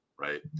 right